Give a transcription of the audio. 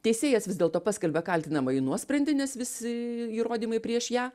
teisėjas vis dėlto paskelbia kaltinamąjį nuosprendį nes visi įrodymai prieš ją